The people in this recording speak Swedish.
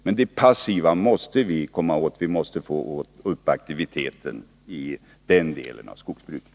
Men de passiva måste vi komma åt, så att vi får upp aktiviteten i den delen av skogsbruket.